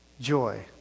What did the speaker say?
joy